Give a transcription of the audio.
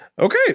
Okay